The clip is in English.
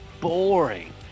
boring